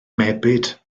mebyd